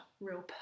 real